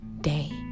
day